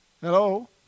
Hello